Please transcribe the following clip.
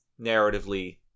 Narratively